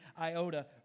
iota